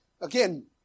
Again